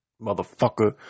motherfucker